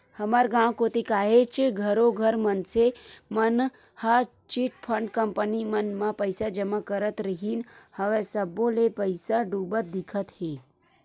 हमर गाँव कोती काहेच घरों घर मनसे मन ह चिटफंड कंपनी मन म पइसा जमा करत रिहिन हवय सब्बो के पइसा डूबत दिखत हे